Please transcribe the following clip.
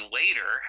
later